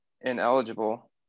ineligible